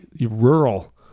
rural